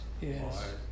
yes